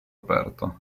aperto